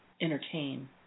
entertain